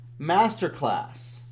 masterclass